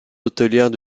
hôtelière